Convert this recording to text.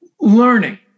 learning